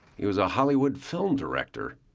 he was a hollywood film director.